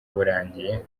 burangiye